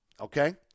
okay